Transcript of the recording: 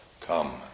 come